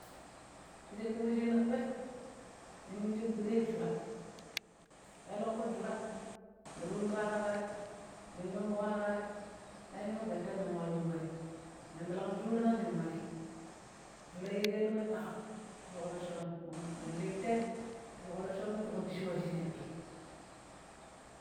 Ti shaƙƙi wu shina ɗoi ni minjii gɓuɗei jura ƙelengƙu jura ni ta yun ɗo aara ƙa te, ning yun ɓoƙra ƙa te, ning yun gɓwette, ning wallun ɓwe, ning ɓirang shuriina ning aɗi. jura yijeno we ɗaƙam ti foƙ roccono, mummo ning lii te ti foƙ roccono tuƙu ɗicci wushinei ɗoi.